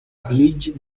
pledge